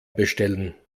bestellen